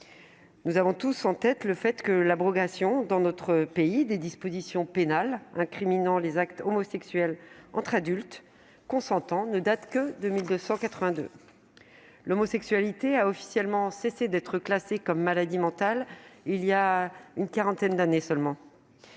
Nous avons tous en tête le fait que, dans notre pays, l'abrogation des dispositions pénales incriminant les actes homosexuels entre adultes consentants ne date que de 1982. L'homosexualité a officiellement cessé d'être classée comme une maladie mentale il y a une quarantaine d'années seulement.